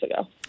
ago